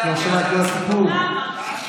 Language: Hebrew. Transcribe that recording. למה?